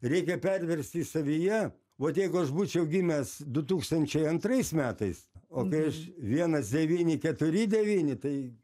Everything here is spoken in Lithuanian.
reikia perversti savyje vat jeigu aš būčiau gimęs du tūkstančiai antrais metais o kai aš vienas devyni keturi devyni tai